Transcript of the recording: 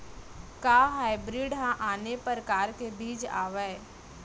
का हाइब्रिड हा आने परकार के बीज आवय?